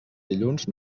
dilluns